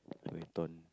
I wear ton